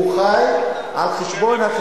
הוא חי על חשבון,